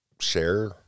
share